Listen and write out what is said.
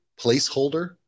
placeholder